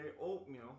oatmeal